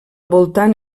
voltant